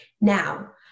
Now